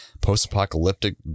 post-apocalyptic